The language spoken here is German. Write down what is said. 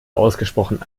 ausgesprochen